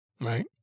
right